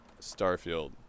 Starfield